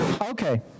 Okay